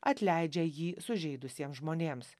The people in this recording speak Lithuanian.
atleidžia jį sužeidusiems žmonėms